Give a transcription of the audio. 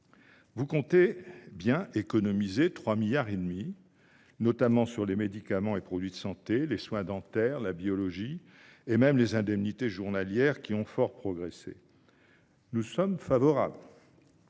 vous comptez économiser 3,5 milliards d’euros, notamment sur les médicaments et les produits de santé, les soins dentaires, la biologie et même les indemnités journalières, qui ont beaucoup progressé. Nous y sommes favorables,